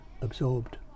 absorbed